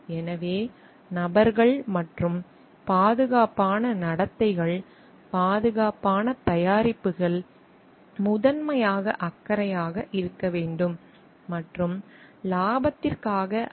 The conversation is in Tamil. எனவே நபர்கள் மற்றும் பாதுகாப்பான நடத்தைகள் பாதுகாப்பான தயாரிப்புகள் முதன்மையான அக்கறையாக இருக்க வேண்டும் மற்றும் லாபத்திற்காக அல்ல